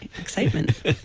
excitement